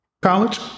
College